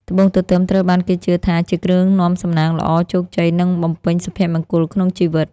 ត្បូងទទឹមត្រូវបានគេជឿថាជាគ្រឿងនាំសំណាងល្អ ជោគជ័យ និងបំពេញសុភមង្គលក្នុងជីវិត។